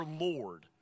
Lord